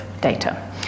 data